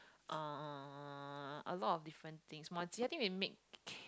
uh a lot of different things Muah-Chee I think we make